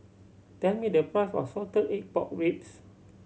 tell me the price of salted egg pork ribs